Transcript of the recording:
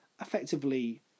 effectively